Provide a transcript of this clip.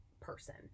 person